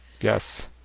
Yes